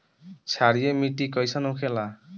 क्षारीय मिट्टी कइसन होखेला?